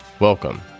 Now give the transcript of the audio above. Welcome